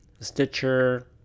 Stitcher